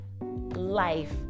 life